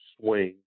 swing